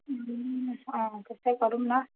अँ त्यसै गरौँ न